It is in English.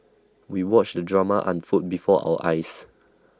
we watched the drama unfold before our eyes